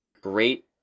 great